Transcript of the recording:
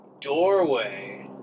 Doorway